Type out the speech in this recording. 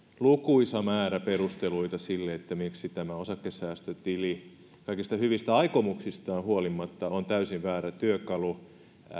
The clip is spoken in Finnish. lukuisa määrä perusteluita sille miksi tämä osakesäästötili kaikista hyvistä aikomuksistaan huolimatta on täysin väärä työkalu